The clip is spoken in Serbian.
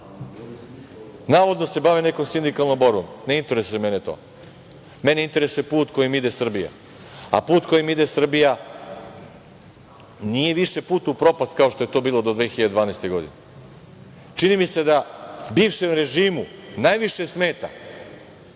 Navodno se bave nekom sindikalnom borbom, ne interesuje mene to. Mene interesuje put kojim ide Srbija, a put kojim ide Srbija nije više put u propast kao što je to bilo do 2012. godine. Čini mi se da bivšem režimu najviše smeta